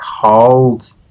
cold